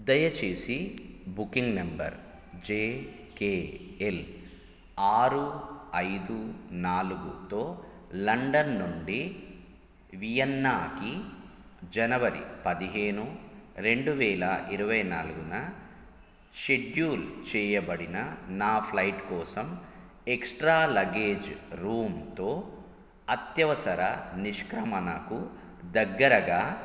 దయచేసి booking number J K L ఆరు ఐదు నాలుగుతో లండన్ నుండి వియన్నాకి జనవరి పదిహేను రెండువేల ఇరవై నాలుగున షెడ్యూల్ చేయబడిన నా ఫ్లయిట్ కోసం ఎక్స్ట్రా లగేజ్ రూమ్తో అత్యవసర నిష్క్రమణకు దగ్గరగా